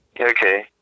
Okay